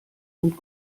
und